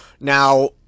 Now